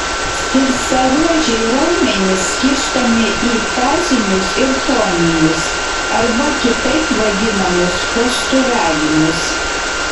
skersaruožiai raumenys skirstomi į fazinius ir toninius arba kitaip vadinamus posturalinius